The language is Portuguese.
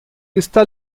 está